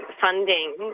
funding